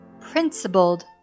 Principled